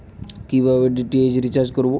কিভাবে DTH recharge করব?